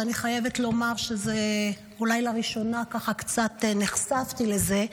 ואני חייבת לומר שאולי לראשונה ככה קצת נחשפתי לזה,